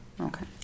Okay